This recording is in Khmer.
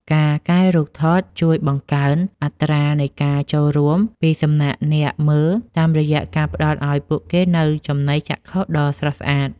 ការកែរូបថតជួយបង្កើន អត្រានៃការចូលរួម ពីសំណាក់អ្នកមើល តាមរយៈការផ្ដល់ឱ្យពួកគេនូវចំណីចក្ខុដ៏ស្រស់ស្អាត។